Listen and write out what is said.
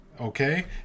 okay